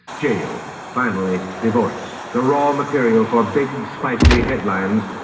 jail. finally, divorce the raw material for big, spicy headlines.